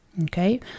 okay